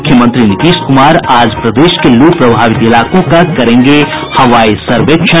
मुख्यमंत्री नीतीश कुमार आज प्रदेश के लू प्रभावित इलाकों का करेंगे हवाई सर्वेक्षण